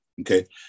Okay